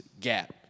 Gap